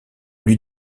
lui